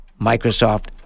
Microsoft